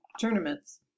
tournaments